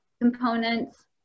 components